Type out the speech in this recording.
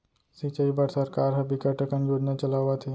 सिंचई बर सरकार ह बिकट अकन योजना चलावत हे